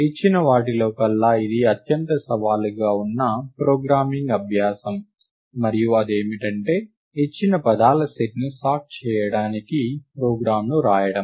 ఇచ్చిన వాటిలో కల్లా ఇది అత్యంత సవాలుగా ఉన్న ప్రోగ్రామింగ్ అభ్యాసం మరియు అదేమిటంటే ఇచ్చిన పదాల సెట్ను సార్ట్ చేయడానికి ప్రోగ్రామ్ను వ్రాయడం